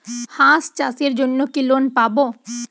হাঁস চাষের জন্য কি লোন পাব?